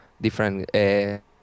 different